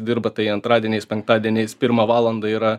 dirba tai antradieniais penktadieniais pirmą valandą yra